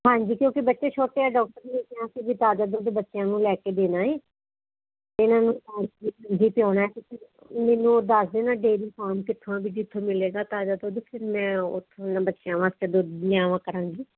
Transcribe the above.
ਹਾਂਜੀ ਕਿਉਂਕਿ ਬੱਚੇ ਛੋਟੇ ਆ ਡਾਕਟਰ ਨੇ ਕਿਹਾ ਵੀ ਤਾਜ਼ਾ ਦੁੱਧ ਬੱਚਿਆਂ ਨੂੰ ਲੈ ਕੇ ਦੇਣਾ ਹੈ ਇਹਨਾਂ ਨੂੰ ਇਹ ਹੀ ਪਿਆਉਣਾ ਤੁਸੀਂ ਮੈਨੂੰ ਦੱਸ ਦੇਣਾ ਡੇਰੀ ਫਾਰਮ ਕਿੱਥੋਂ ਵੀ ਜਿੱਥੋਂ ਮਿਲੇਗਾ ਤਾਜ਼ਾ ਦੁੱਧ ਫਿਰ ਮੈਂ ਉਥੋਂ ਬੱਚਿਆਂ ਵਾਸਤੇ ਦੁੱਧ ਲੈ ਆਇਆ ਕਰਾਂਗੀ